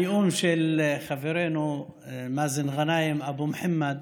הנאום של חברנו מאזן גנאים, אבו מוחמד,